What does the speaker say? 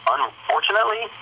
Unfortunately